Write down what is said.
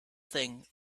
thing